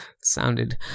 Sounded